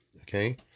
okay